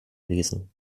lesen